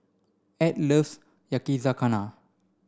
add loves Yakizakana